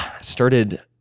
started